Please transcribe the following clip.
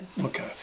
Okay